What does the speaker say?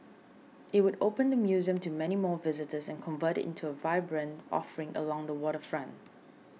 it would open the museum to many more visitors and convert it into a vibrant offering along the waterfront